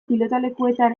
pilotalekuetan